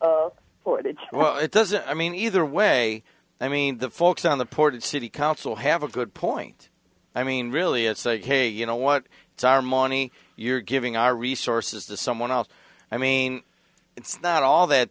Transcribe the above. well it doesn't i mean either way i mean the folks on the portage city council have a good point i mean really it's a hey you know what it's our money you're giving our resources to someone else i mean it's not all that